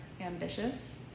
ambitious